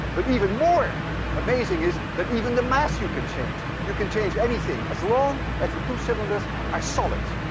but even more amazing is that even the mass you can change. you can change anything as long as the two cylinders are solid.